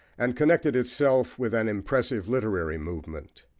and connected itself with an impressive literary movement.